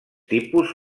tipus